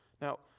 Now